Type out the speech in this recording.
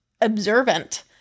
observant